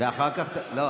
ואחר כך, דקה.